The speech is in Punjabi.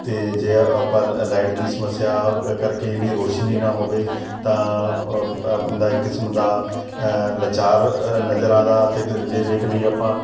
ਅਤੇ ਜੇ ਆਪਾਂ ਲਾਈਟ ਦੀ ਸਮੱਸਿਆ ਕਰਕੇ ਜਿਹੜੀ ਰੋਸ਼ਨੀ ਨਾ ਹੋਵੇ ਤਾਂ ਬੰਦਾ ਇਕ ਕਿਸਮ ਦਾ ਲਾਚਾਰ ਨਜ਼ਰ ਆਉਂਦਾ ਜੇ ਦੇਖ ਲਈਏ ਆਪਾਂ